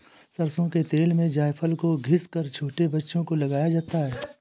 सरसों के तेल में जायफल को घिस कर छोटे बच्चों को लगाया जाता है